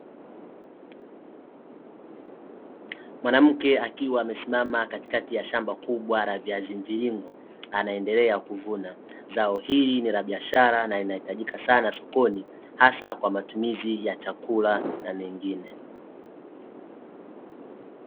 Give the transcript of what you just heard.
Mwanamke akiwa amesimama katikati ya shamba kubwa la viazi mviringo, anaendelea kuvuna, zao hili ni la biashara na linahitajika sana sokoni, hasa kwa matumizi ya chakula na mengine.